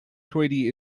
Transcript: tweedy